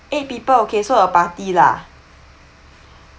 eight people okay so a party lah